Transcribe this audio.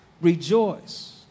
rejoice